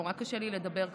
האמת שנורא קשה לי לדבר ככה,